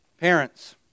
parents